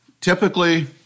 typically